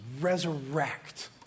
resurrect